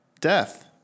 death